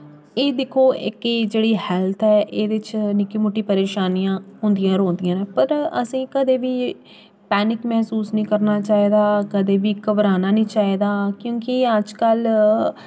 एह् दिक्खो इक जेह्ड़ी हैल्थ ऐ एह्दे च निक्की मुट्टी परेशानियां होंदियां रौंह्दियां न पर असें ई कदें बी पैनिक मसूस निं करना चाहिदा कदें बी घबराना निं चाहिदा क्योंकि अजकल